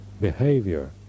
behavior